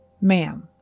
Ma'am